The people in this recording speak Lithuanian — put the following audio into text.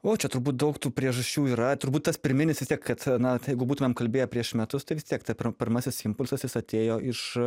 o čia turbūt daug tų priežasčių yra turbūt tas pirminis vis tiek kad na jeigu būtumėm kalbėję prieš metus tai vis tiek pirmasis impulsas jis atėjo iš